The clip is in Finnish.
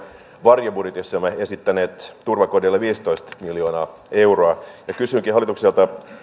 varjobudjetissamme esittäneet turvakodeille viisitoista miljoonaa euroa ja kysynkin hallitukselta